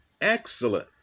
excellent